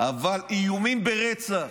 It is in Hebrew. אבל איומים ברצח,